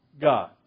God